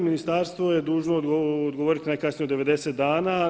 Ministarstvo je dužno odgovoriti najkasnije od 90 dana.